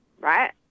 right